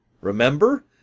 Remember